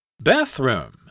Bathroom